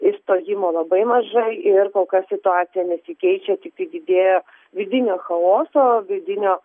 išstojimo labai mažai ir kol kas situacija nesikeičia tiktai didėja vidinio chaoso vidinio